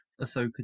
Ahsoka